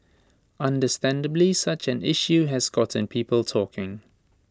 understandably such an issue has gotten people talking